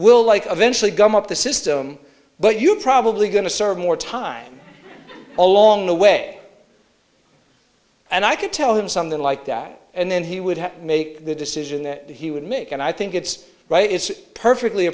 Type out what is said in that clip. we'll like of intially gum up the system but you probably going to serve more time along the way and i could tell him something like that and then he would have make the decision that he would make and i think it's right it's perfectly